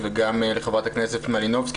וגם לח"כ מלינובסקי.